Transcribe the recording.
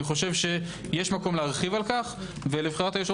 אני חושב שיש מקום להרחיב על כך ולבחירת היושב-ראש